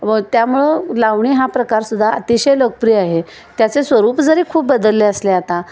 व त्यामुळं लावणी हा प्रकारसुद्धा अतिशय लोकप्रिय आहे त्याचे स्वरूप जरी खूप बदलले असले आता